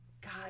God